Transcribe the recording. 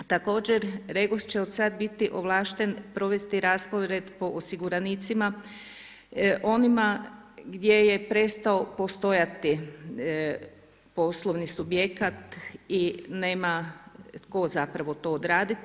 Također REGOS će od sad biti ovlašten provesti raspored po osiguranicima, onima gdje je prestao postojati poslovni subjekat i nema tko zapravo to odraditi.